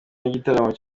n’igitaramo